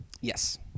Yes